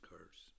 Curse